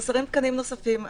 חסרים תקנים נוספים.